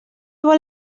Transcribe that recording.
vol